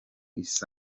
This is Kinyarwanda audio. isa